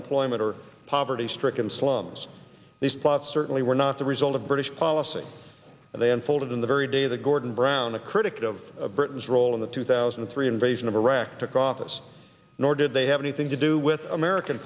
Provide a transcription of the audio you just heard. employment or poverty stricken slums these plots certainly were not the result of british policy and they unfolded in the very day that gordon brown a critic of britain's role in the two thousand and three invasion of iraq took office nor did they have anything to do with american